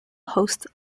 host